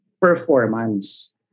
performance